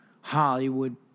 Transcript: Hollywood